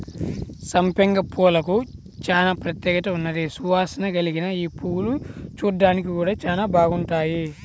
సంపెంగ పూలకు చానా ప్రత్యేకత ఉన్నది, సువాసన కల్గిన యీ పువ్వులు చూడ్డానికి గూడా చానా బాగుంటాయి